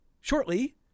shortly